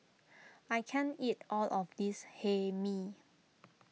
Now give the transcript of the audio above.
I can't eat all of this Hae Mee